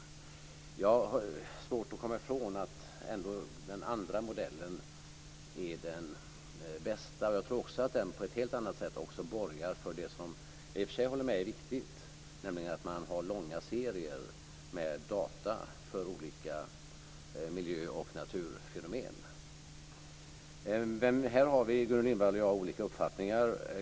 Jag har svårt att komma ifrån att den andra modellen är den bästa. Jag tror också att den på ett helt annat sätt borgar för något som jag håller med om är viktigt, nämligen att man har långa serier av data för olika miljö och naturfenomen. Men här har Gudrun Lindvall och jag olika uppfattningar.